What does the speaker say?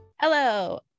Hello